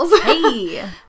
Hey